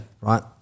Right